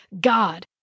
God